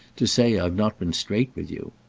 to say i've not been straight with you.